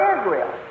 Israel